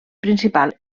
principal